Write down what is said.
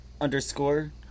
underscore